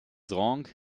rangs